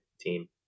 team